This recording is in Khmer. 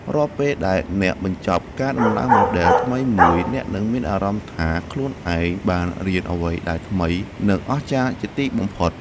រាល់ពេលដែលអ្នកបញ្ចប់ការដំឡើងម៉ូដែលថ្មីមួយ អ្នកនឹងមានអារម្មណ៍ថាខ្លួនឯងបានរៀនអ្វីដែលថ្មី និងអស្ចារ្យជាទីបំផុត។